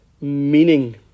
meaning